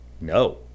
no